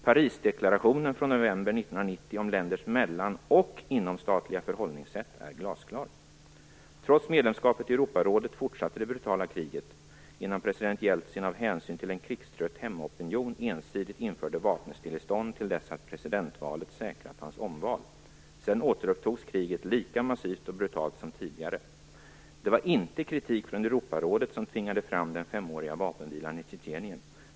Parisdeklarationen från 1990 om länders mellan och inomstatliga förhållningssätt är glasklar. Trots medlemskapet i Europarådet fortsatte det brutala kriget innan president Jeltsin av hänsyn till en krigstrött hemmaopinion ensidigt införde vapenstillestånd till dess att presidentvalet säkrat hans omval. Sedan återupptogs kriget lika massivt och brutalt som tidigare. Det var inte kritik från Europarådet som tvingade fram den femåriga vapenvilan i Tjetjenien.